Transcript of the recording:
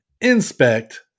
inspect